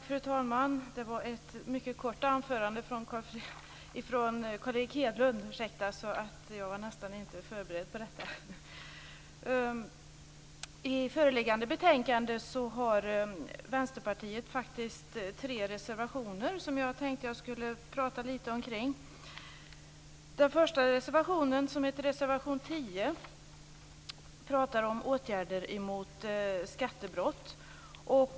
Fru talman! Det var ett mycket kort anförande av Vänsterpartiet avgivit tre reservationer, som jag tänker prata lite om. Den första reservationen, nr 10, handlar om åtgärder mot skattebrott.